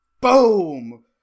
boom